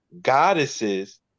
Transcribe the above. goddesses